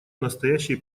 настоящей